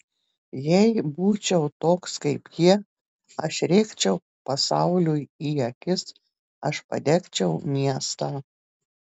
jei būčiau toks kaip jie aš rėkčiau pasauliui į akis aš padegčiau miestą